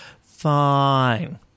Fine